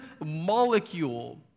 molecule